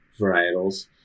varietals